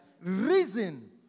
reason